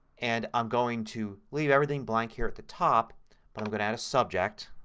and i'm going to leave everything blank here at the top but i'm going to add a subject.